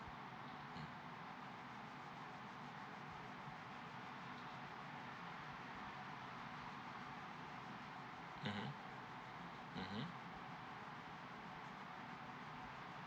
hmm mmhmm mmhmm